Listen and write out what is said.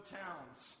towns